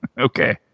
okay